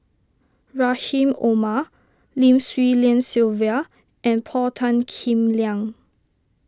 Rahim Omar Lim Swee Lian Sylvia and Paul Tan Kim Liang